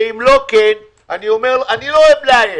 שאם לא כן - אני לא אוהב לאיים,